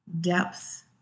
depths